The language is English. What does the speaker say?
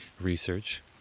research